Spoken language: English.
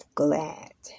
glad